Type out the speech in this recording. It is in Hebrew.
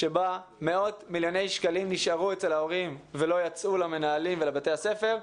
שבה מאות מיליוני שקלים נשארו אצל ההורים ולא יצאו למנהלים ובתי הספר.